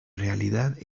realidad